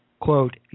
quote